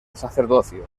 sacerdocio